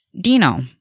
Dino